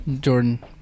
Jordan